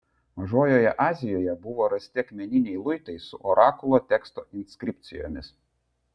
mažojoje azijoje buvo rasti akmeniniai luitai su orakulo teksto inskripcijomis